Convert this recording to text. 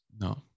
no